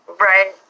Right